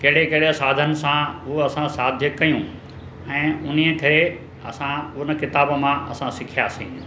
कहिड़े कहिड़े साधन सां उहो असां साध्य कयूं ऐं उन्हीअ ते असां हुन किताब मां असां सिखियासीं